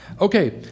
Okay